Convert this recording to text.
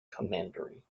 commandery